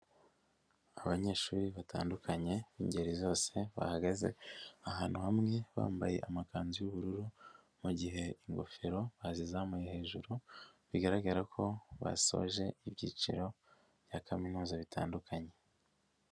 Abanyeshuri batandukanye b'ingeri zose, bahagaze ahantu hamwe, bambaye amakanzu y'ubururu, mu gihe ingofero bazizamuye hejuru, bigaragara ko basoje ibyiciro bya kaminuza bitandukanye.